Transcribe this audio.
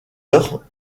heure